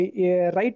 Right